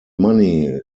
money